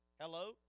Hello